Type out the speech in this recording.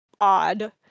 odd